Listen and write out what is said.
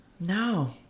no